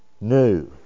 new